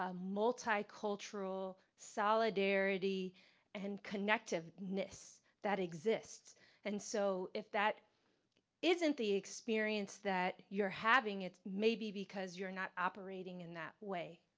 ah multicultural solidarity and connectiveness that exists and so, if that isn't the experience that you're having, it may be because you're not operating in that way.